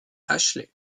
ashley